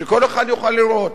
שכל אחד יוכל לראות?